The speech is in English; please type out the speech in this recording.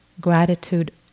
gratitude